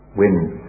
wins